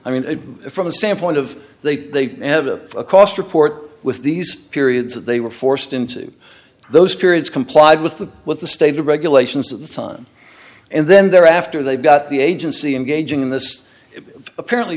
i mean from a standpoint of they have a cost report with these periods that they were forced into those periods complied with the with the state regulations of the time and then they're after they've got the agency engaging in this apparently